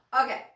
Okay